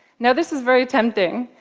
now, this is very tempting,